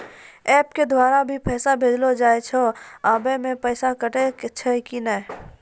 App के द्वारा भी पैसा भेजलो जाय छै आबै मे पैसा कटैय छै कि नैय?